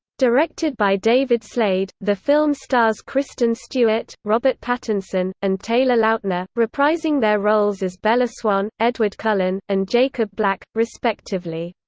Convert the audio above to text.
directed by david slade, the film stars kristen stewart, robert pattinson, and taylor lautner, reprising their roles as bella swan, edward cullen, and jacob black, respectively.